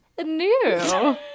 new